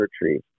retrieve